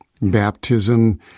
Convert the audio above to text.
baptism